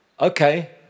Okay